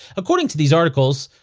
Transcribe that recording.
according to these articles,